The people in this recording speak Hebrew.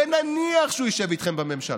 ונניח שהוא ישב איתכם בממשלה,